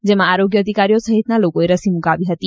જેમાં આરોગ્ય અધિકારીઓ સહિતનાએ રસી મુકાવી હતી